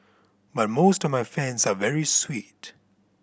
but most of my fans are very sweet